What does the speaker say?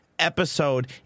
episode